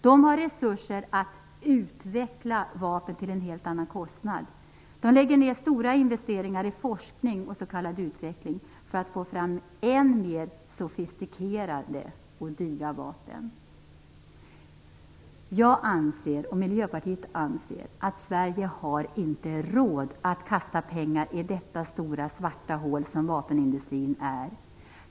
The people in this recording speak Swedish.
De har resurser att "utveckla" vapen till en helt annan kostnad. De lägger ner stora investeringar i forskning och s.k. utveckling för att få fram än mer sofistikerade och dyra vapen. Jag och Miljöpartiet anser att Sverige inte har råd att kasta pengar i detta stora svarta hål som vapenindustrin är.